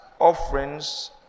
offerings